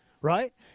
right